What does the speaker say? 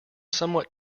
somewhat